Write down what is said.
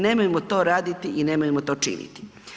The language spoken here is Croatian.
Nemojmo to raditi i nemojmo to činiti.